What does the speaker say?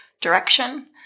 direction